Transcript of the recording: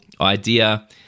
idea